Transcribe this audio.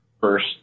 first